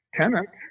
tenants